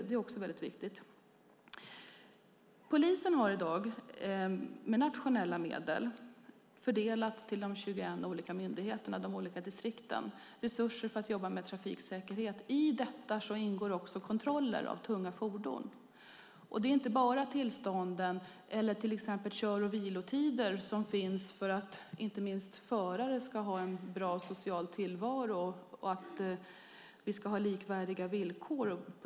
Polisen har i dag med nationella medel fördelat resurser till de 21 olika distrikten för att jobba med trafiksäkerhet. I detta ingår kontroller av tunga fordon. Det är inte bara tillstånden eller till exempel de kör och vilotider som finns för att förare ska ha en bra social tillvaro och att det ska vara likvärdiga villkor.